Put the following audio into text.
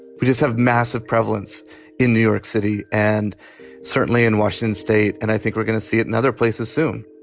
we just have massive prevalence in new york city and certainly in washington state. and i think we're going to see it in other places soon